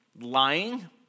lying